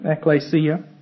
ecclesia